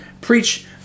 preach